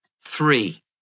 Three